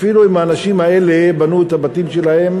אפילו אם האנשים האלה בנו את הבתים שלהם